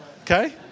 Okay